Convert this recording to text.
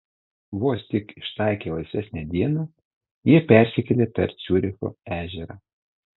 vos tik ištaikę laisvesnę dieną jie persikelia per ciuricho ežerą